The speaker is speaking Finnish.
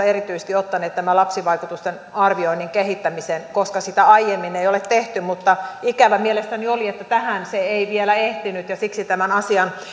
erityisesti ottaneet tämän lapsivaikutusten arvioinnin kehittämisen koska sitä ei aiemmin ole tehty mutta ikävää mielestäni oli että tähän se ei vielä ehtinyt ja siksi tämän asian